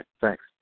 thanks